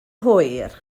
hwyr